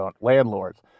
landlords